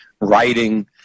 writing